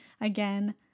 again